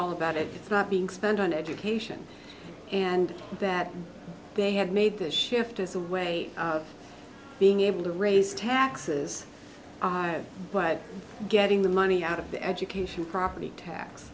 all about it it's not being spent on education and that they have made this shift as a way of being able to raise taxes but getting the money out of the education property tax